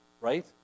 right